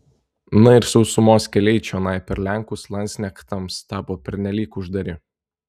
na ir sausumos keliai čionai per lenkus landsknechtams tapo pernelyg uždari